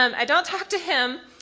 um i don't talk to him,